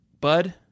bud